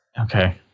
Okay